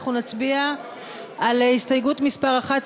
אנחנו נצביע על הסתייגות מס' 1,